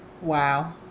Wow